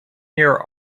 year